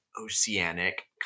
oceanic